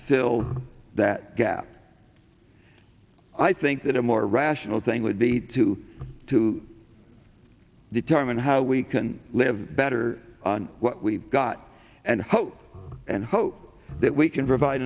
fill that gap i think that a more rational thing would be to to determine how we can live better on what we've got and hope and hope that we can provide